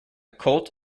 cult